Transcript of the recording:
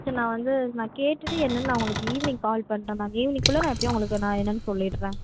சரி நான் வந்து நான் கேட்டுவிட்டு என்னென்னு நான் உங்களுக்கு ஈவினிங் கால் பண்ணுறேன் மேம் ஈவினிங்குள்ளே நான் எப்படியும் உங்களுக்கு நான் என்னென்னு சொல்லிவிட்றேன்